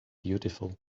beautiful